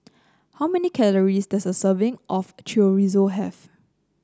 how many calories does a serving of Chorizo have